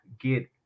get